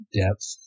depth